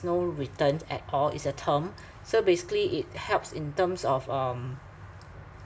no return at all it's a term so basically it helps in terms of um